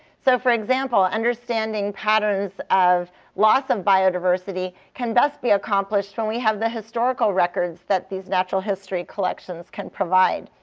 so for example, understanding patterns of loss of biodiversity can best be accomplished when we have the historical records that these natural history collections can provide.